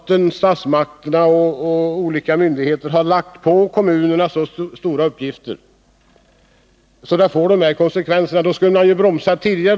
Men statsmakterna och olika myndigheter, som har lagt på kommunerna så stora uppgifter, borde ha bromsat tidigare!